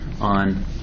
on